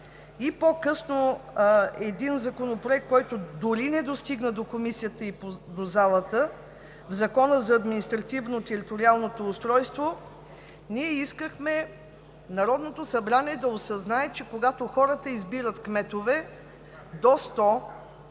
и по-късно в един законопроект, който дори не достигна до Комисията и до залата, в Закона за административно-териториалното устройство. Ние искахме Народното събрание да осъзнае, че когато хората избират кметове до 100